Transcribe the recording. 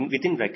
820